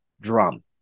drum